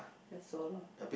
that's all lah